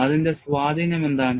അതിന്റെ സ്വാധീനം എന്താണ്